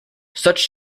such